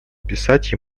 писать